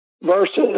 versus